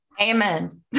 Amen